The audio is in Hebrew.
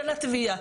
של התביעה,